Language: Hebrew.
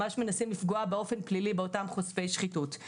ממש מנסים לפגוע באופן פלילי באותם חושפי שחיתות.